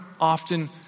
often